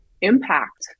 impact